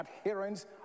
adherence